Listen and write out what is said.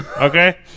okay